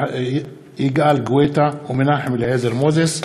יגאל גואטה ומנחם אליעזר מוזס בנושא: